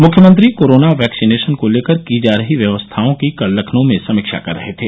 मुख्यमंत्री corona vaccination को लेकर की जा रही व्यवस्थाओं की कल लखनऊ में समीक्षा कर रहे थे